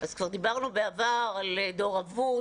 כבר דיברנו בעבר על דור אבוד,